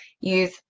use